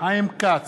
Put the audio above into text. חיים כץ,